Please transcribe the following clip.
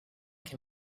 can